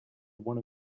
one